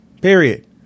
Period